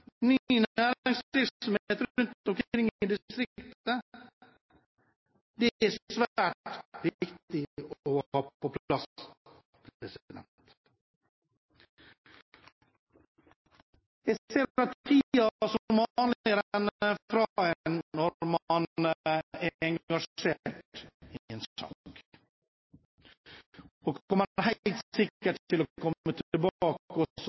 Det er det svært viktig å ha på plass. Jeg ser at tiden som vanlig går fra en når en er engasjert i en sak, og jeg kommer helt sikkert til å komme tilbake også